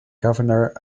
governor